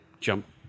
Jump